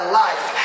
life